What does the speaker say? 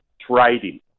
trading